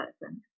person